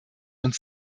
uns